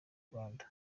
rwanda